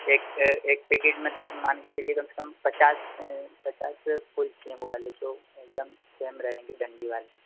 एक एक पैकेट मतलब मान के चलिए कम से कम पचास पचास फूल चाहिए वह वाले जो एकदम सेम रहेंगे डंडी वाले